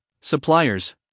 suppliers